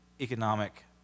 economic